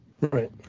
Right